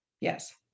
Yes